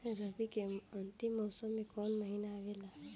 रवी के अंतिम मौसम में कौन महीना आवेला?